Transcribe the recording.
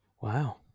Wow